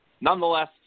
Nonetheless